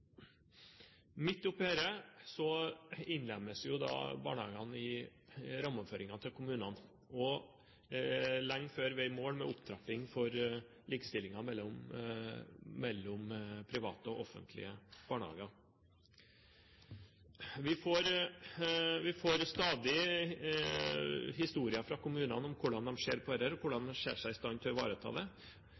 Midt oppe i dette innlemmes jo barnehagene i rammeoverføringene til kommunene, og lenge før vi er i mål med opptrapping for likestillingen mellom private og offentlige barnehager. Vi får stadig historier fra kommunene om hvordan de ser på dette, og hvordan de ser seg i stand til å ivareta det.